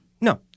No